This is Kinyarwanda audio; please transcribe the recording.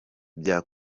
bya